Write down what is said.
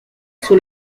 sur